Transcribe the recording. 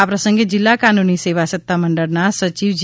આ પ્રસંગે જિલ્લા કાનુની સેવા સતા મંડળના સચિવ જે